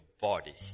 body